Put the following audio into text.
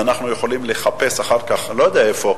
אנחנו יכולים לחפש אחר כך, אני לא יודע איפה.